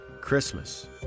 Christmas